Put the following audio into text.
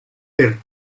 per